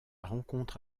rencontre